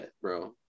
bro